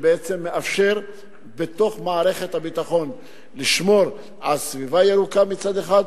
שבעצם מאפשר בתוך מערכת הביטחון לשמור על סביבה ירוקה מצד אחד,